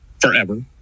forever